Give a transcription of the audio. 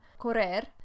Correr